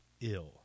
ill